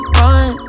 run